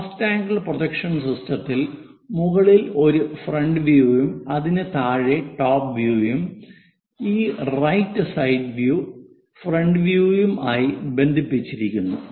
first angle projection സിസ്റ്റത്തിൽ മുകളിൽ ഒരു ഫ്രണ്ട് വ്യൂയും അതിനു താഴെ ടോപ് വ്യൂയും ഈ റൈറ്റ് സൈഡ് വ്യൂ ഫ്രണ്ട് വ്യൂയും ആയി ബന്ധിപ്പിച്ചിരിക്കുന്നു